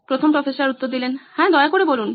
professor 1 দয়া করে বলুন